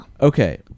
Okay